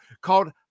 called